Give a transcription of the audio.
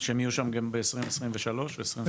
שהם יהיו שם גם ב2023 ו-2024.